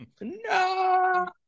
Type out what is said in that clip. no